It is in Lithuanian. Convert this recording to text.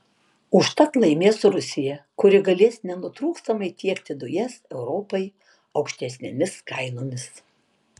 užtat laimės rusija kuri galės nenutrūkstamai tiekti dujas europai aukštesnėmis kainomis